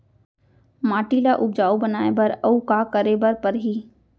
माटी ल उपजाऊ बनाए बर अऊ का करे बर परही?